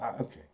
Okay